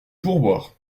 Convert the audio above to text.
pourboire